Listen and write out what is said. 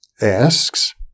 asks